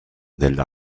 del